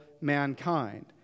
mankind